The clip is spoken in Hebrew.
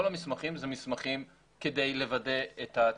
כל המסמכים, אלה מסמכים כדי לוודא את התנאים.